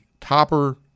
topper